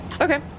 Okay